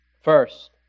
First